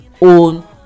own